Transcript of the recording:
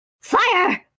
Fire